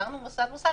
עברנו מוסד-מוסד.